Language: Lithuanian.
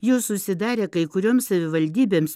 jos susidarė kai kurioms savivaldybėms